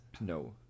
No